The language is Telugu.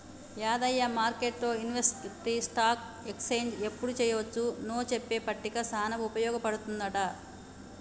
యాదయ్య మార్కెట్లు ఇన్వెస్టర్కి ఈ స్టాక్ ఎక్స్చేంజ్ ఎప్పుడు చెయ్యొచ్చు నో చెప్పే పట్టిక సానా ఉపయోగ పడుతుందంట